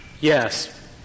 yes